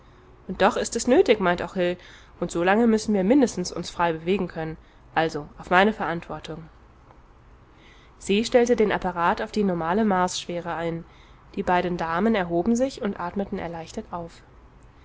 und doch ist es nötig meint auch hil und so lange müssen wir mindestens uns frei bewegen können also auf meine verantwortung se stellte den apparat auf die normale marsschwere ein die beiden damen erhoben sich und atmeten erleichtert auf